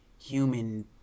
human